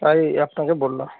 তাই আপনাকে বললাম